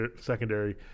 secondary